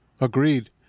Agreed